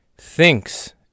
thinks